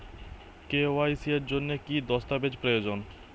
KYC এর জন্যে কি কি দস্তাবেজ প্রয়োজন?